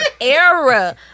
era